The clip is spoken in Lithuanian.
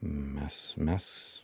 mes mes